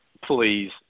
Please